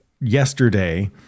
yesterday